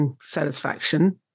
satisfaction